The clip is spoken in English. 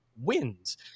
wins